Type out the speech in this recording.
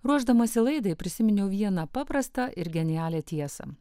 ruošdamasi laidai prisiminiau vieną paprastą ir genialią tiesą